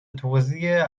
توزیع